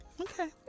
Okay